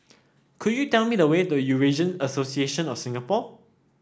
could you tell me the way to Eurasian Association of Singapore